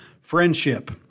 Friendship